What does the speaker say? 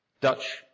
Dutch